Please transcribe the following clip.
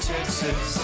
Texas